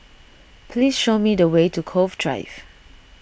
please show me the way to Cove Drive